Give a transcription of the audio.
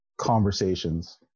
conversations